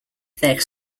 their